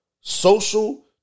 social